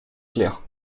claire